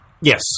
Yes